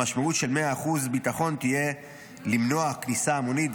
המשמעות של 100% ביטחון תהיה מניעת כניסה המונית,